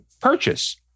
Purchase